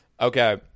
okay